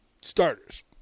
starters